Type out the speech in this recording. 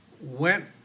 Went